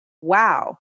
Wow